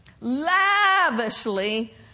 lavishly